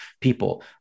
people